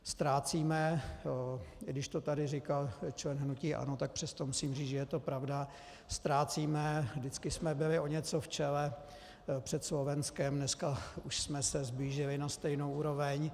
Ztrácíme, i když to tady říkal člen hnutí ANO, tak přesto musím říci, že je to pravda, ztrácíme, vždycky jsme byli o něco v čele před Slovenskem, dneska už jsme se sblížili na stejnou úroveň.